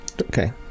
okay